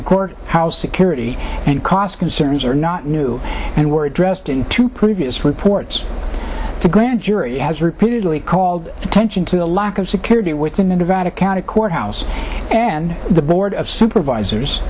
the court house security and cost concerns are not new and were addressed in two previous reports to grand jury has repeatedly called attention to the lack of security within a vatican at a courthouse and the board of supervisors